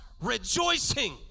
rejoicing